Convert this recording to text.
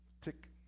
tick